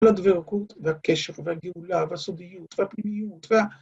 על הדבקות, ‫והקשר, והגאולה, ‫והזוגיות, והפנימיות, ‫וה...